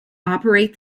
operate